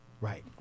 Right